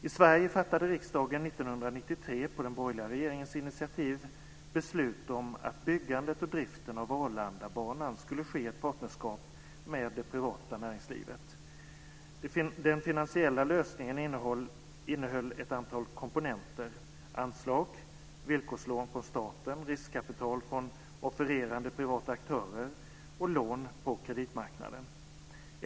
I Sverige fattade riksdagen 1993 på den borgerliga regeringens initiativ beslut om att byggandet och driften av Arlandabanan skulle ske i ett partnerskap med det privata näringslivet. Den finansiella lösningen innehöll ett antal komponenter: anslag, villkorslån från staten, riskkapital från offererande privata aktörer och lån på kreditmarknaden.